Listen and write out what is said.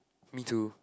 me too